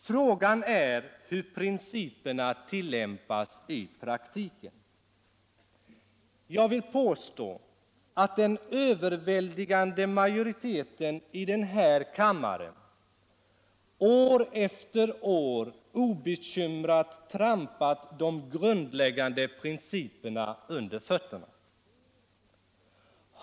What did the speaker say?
Frågan är hur principerna tillämpas i praktiken. Jag vill påstå att den överväldigande majoriteten i den här kammaren år efter år obekymrat trampat de grundläggande principerna under fötterna.